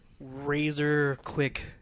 razor-quick